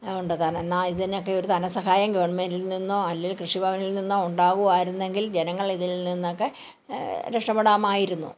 ആ ഉണ്ട് കാരണം എന്നാൽ ഇതിനൊക്കെ ഒരു ധനസഹായം ഗവൺമെൻറിൽ നിന്നോ അല്ലെങ്കിൽ കൃഷി ഭവനിൽ നിന്നോ ഉണ്ടാവുകയായിരുന്നെങ്കിൽ ജനങ്ങൾ ഇതിൽ നിന്നൊക്കെ രക്ഷപ്പെടാമായിരുന്നു